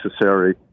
necessary